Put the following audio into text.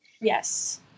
yes